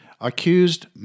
accused